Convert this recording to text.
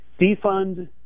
Defund